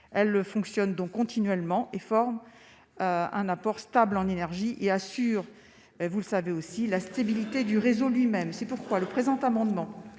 E fonctionne donc continuellement et forment un apport stable en énergie et assure, vous le savez aussi la stabilité du réseau lui-même, c'est pourquoi le présent amendement